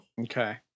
Okay